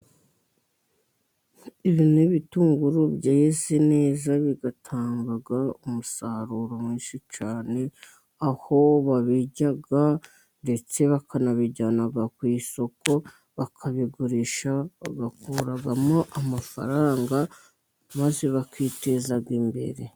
Ibi ni ibitunguru byeze neza, bitanga umusaruro mwinshi cyane, aho babirya ndetse bakanabijyana ku isoko, bakabigurisha bakuragamo amafaranga, maze bakiteza imbere.